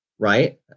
Right